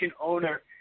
owner